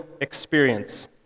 experience